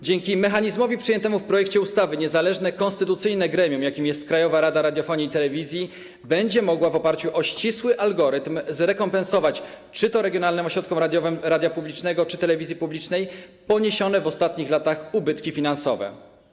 Dzięki mechanizmowi przyjętemu w projekcie ustawy niezależne konstytucyjne gremium, jakim jest Krajowa Rada Radiofonii i Telewizji, będzie mogło w oparciu o ścisły algorytm zrekompensować czy to regionalnym ośrodkom radia publicznego, czy telewizji publicznej doznane w ostatnich latach ubytki finansowe.